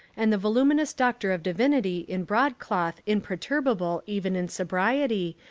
and the voluminous doctor of divinity in broadcloth imperturbable even in sobriety,